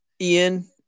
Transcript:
Ian